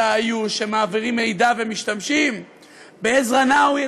"תעאיוש" שמעבירות מידע ומשתמשות בעזרא נאווי.